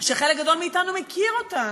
שחלק גדול מאתנו מכיר אותן,